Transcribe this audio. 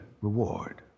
reward